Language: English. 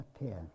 appear